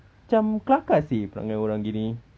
macam kelakar seh perangai orang gini